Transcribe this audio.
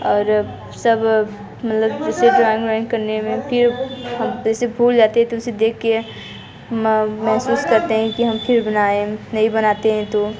और अब सब मतलब जैसे ड्राॅइंग उरोइंग करने में फिर हम फिर से भूल जाते है तो उसे देख के महसूस करते हैं कि हम फिर बनाएँ नहीं बनाते हैं तो